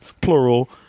plural